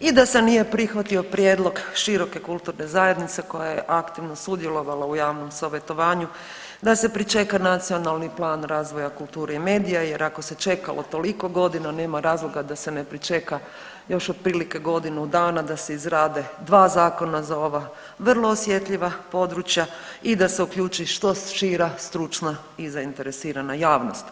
i da se nije prihvatio prijedlog široke kulturne zajednice koja je aktivno sudjelovala u javnom savjetovanju da se pričeka Nacionalni plan razvoja kulture i medija jer ako se čekalo toliko godina nema razloga da se ne pričeka još otprilike godinu dana da se izrade dva zakona za ova vrlo osjetljiva područja i da se uključi što šira stručna i zainteresirana javnost.